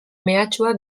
mehatxua